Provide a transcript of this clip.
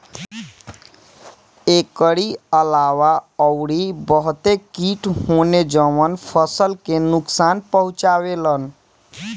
एकरी अलावा अउरी बहते किट होने जवन फसल के नुकसान पहुंचावे लन